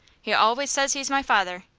he always says he's my father,